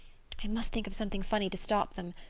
i must think of something funny to stop them.